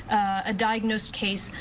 a diagnosed case,